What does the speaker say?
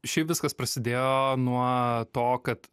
šiaip viskas prasidėjo nuo to kad